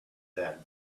then